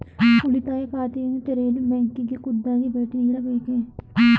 ಉಳಿತಾಯ ಖಾತೆಯನ್ನು ತೆರೆಯಲು ಬ್ಯಾಂಕಿಗೆ ಖುದ್ದಾಗಿ ಭೇಟಿ ನೀಡಬೇಕೇ?